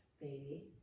baby